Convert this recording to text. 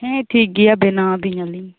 ᱦᱮᱸ ᱴᱷᱤᱠ ᱜᱮᱭᱟ ᱵᱮᱱᱟᱣᱟᱵᱤᱱᱟᱞᱤᱧ